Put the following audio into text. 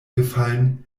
gefallen